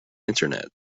internet